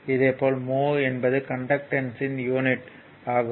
இதேபோல் mho என்பது கண்டக்டன்ஸ்யின் யூனிட் ஆகும்